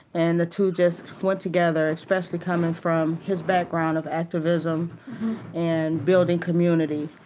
and the two just went together, especially coming from his background of activism and building community.